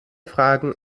fragen